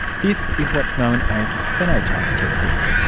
this is what's known as phenotype testing.